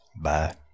Bye